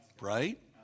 right